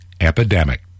epidemic